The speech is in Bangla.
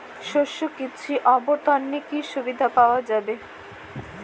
শস্য কৃষি অবর্তনে কি সুবিধা পাওয়া যাবে?